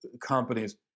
companies